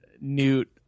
Newt